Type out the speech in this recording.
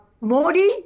Modi